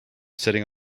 sitting